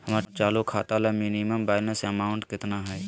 हमर चालू खाता ला मिनिमम बैलेंस अमाउंट केतना हइ?